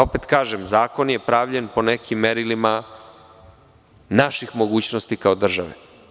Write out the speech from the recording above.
Opet kažem, zakon je pravljen po nekim merilima naših mogućnosti kao države.